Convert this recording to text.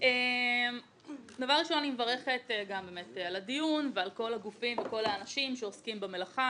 אני מברכת על הדיון וכן את כל האנשים והגופים שעוסקים במלאכה.